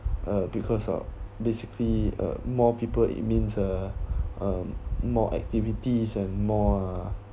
uh because uh basically uh more people it means uh um more activities and more uh